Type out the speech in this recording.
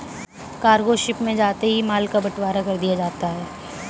cargo ship में जाते ही माल का बंटवारा कर दिया जाता है